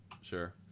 Sure